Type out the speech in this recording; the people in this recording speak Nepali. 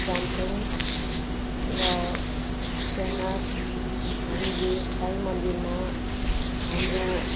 जान्छौँ र त्यहाँ हामीले साई मन्दिरमा हाम्रो